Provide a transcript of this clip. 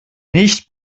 nicht